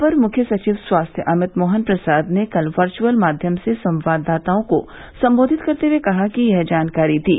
अपर मुख्य सचिव स्वास्थ्य अमित मोहन प्रसाद ने कल वर्यअल माध्यम से संवाददाताओं को सम्बोधित करते हुए यह जानकारी दी